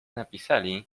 napisali